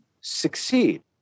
succeed